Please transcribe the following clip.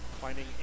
Finding